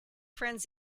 friends